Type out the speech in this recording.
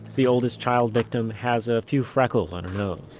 the oldest child victim has a few freckles on her nose.